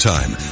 Time